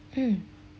mm